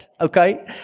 Okay